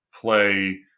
play